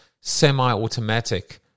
semi-automatic